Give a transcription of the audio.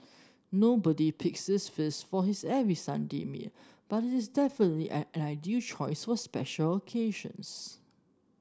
nobody picks this feast for his every Sunday meal but it is definitely an ideal choice for special occasions